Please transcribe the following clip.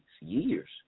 years